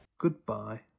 Goodbye